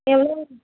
எவ்வளோ